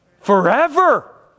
Forever